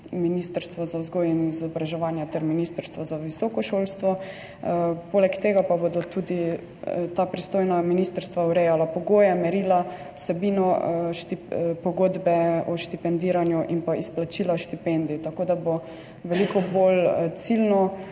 Ministrstvo za vzgojo in izobraževanje ter Ministrstvo za visoko šolstvo, poleg tega pa bosta tudi ti pristojni ministrstvi urejali pogoje, merila, vsebino pogodbe o štipendiranju in pa izplačila štipendij, tako da bo veliko bolj ciljno